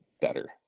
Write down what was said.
better